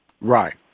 Right